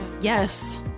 yes